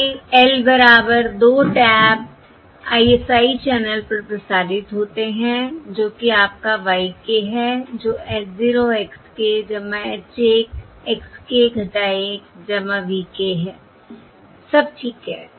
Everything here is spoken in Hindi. ये L बराबर 2 टैप ISI चैनल पर प्रसारित होते हैं जो कि आपका y k है जो h 0 x k h 1 x k 1 V k है सब ठीक है